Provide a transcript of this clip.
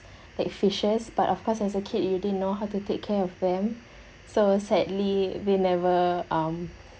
like fishes but of course as a kid you din know how to take care of them so sadly they never um